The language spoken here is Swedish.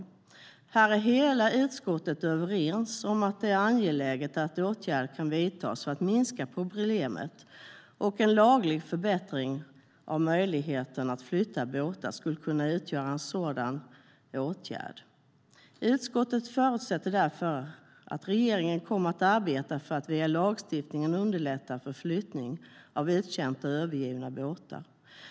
Här är hela utskottet överens om att det är angeläget att åtgärder kan vidtas för att minska problemet, och en laglig förbättring av möjligheterna att flytta båtar skulle kunna utgöra en sådan åtgärd. Utskottet förutsätter därför att regeringen kommer att arbeta för att via lagstiftningen underlätta flyttning av uttjänta och övergivna båtar.